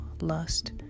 lust